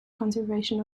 conservation